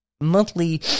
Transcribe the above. monthly